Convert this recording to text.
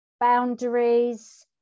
boundaries